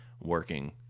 working